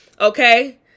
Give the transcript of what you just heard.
Okay